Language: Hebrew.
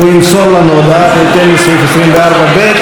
הוא ימסור לנו הודעה בהתאם לסעיף 24(ב).